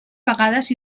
vegades